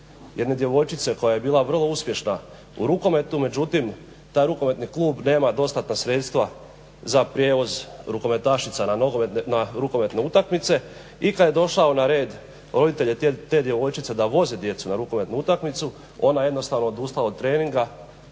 jedne djevojčice koja je bila vrlo uspješna u rukometu međutim taj rukometni klub nema dostatna sredstva za prijevoz rukometašica na rukometne utakmice i kada je došao na red roditelja te djevojčice da voze djecu na rukometnu utakmicu ona je jednostavno odustala od treninga